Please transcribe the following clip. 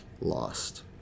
lost